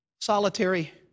solitary